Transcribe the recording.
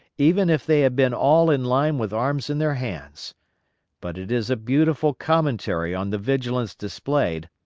even if they had been all in line with arms in their hands but it is a beautiful commentary on the vigilance displayed,